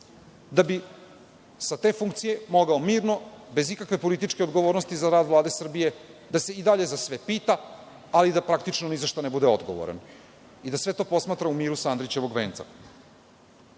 da bi sa te funkcije mogao mirno, bez ikakve političke odgovornosti za rad Vlade Srbije da se i dalje za sve pita, ali da praktično ni za šta ne bude odgovoran i da sve to posmatra u miru sa Andrićevog